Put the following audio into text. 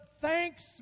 thanks